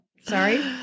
Sorry